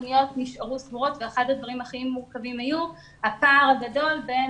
התכניות נשארו סגורות ואחד הדברים הכי מורכבים היה הפער הגדול בין